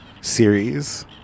series